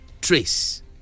trace